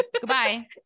Goodbye